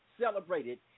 celebrated